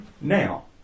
Now